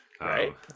Right